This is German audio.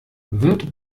wird